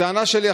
הטענה שלי,